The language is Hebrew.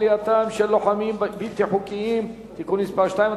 כליאתם של לוחמים בלתי חוקיים (תיקון מס' 2),